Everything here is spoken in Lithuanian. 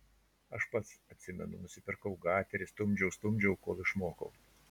aš pats atsimenu nusipirkau gaterį stumdžiau stumdžiau kol išmokau